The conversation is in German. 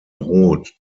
rot